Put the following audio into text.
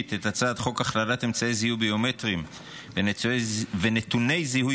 את הצעת חוק הכללת אמצעי זיהוי ביומטריים ונתוני זיהוי